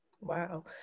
Wow